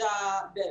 נכון.